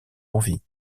envie